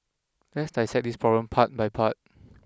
let's dissect this problem part by part